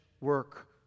work